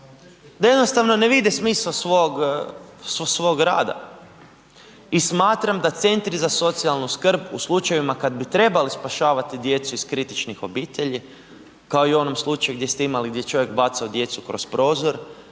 da jednostavno ne vide smisao svog rada. I smatram da centri za socijalnu skrb u slučajevima kad bi trebali spašavati djecu iz kritičnih obitelji, kao i u onom slučaju gdje ste imali gdje je čovjek bacao djecu kroz prozor,